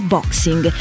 Boxing